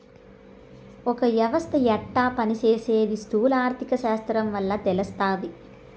ఒక యవస్త యెట్ట పని సేసీది స్థూల ఆర్థిక శాస్త్రం వల్ల తెలస్తాది